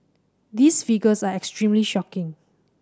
these figures are extremely shocking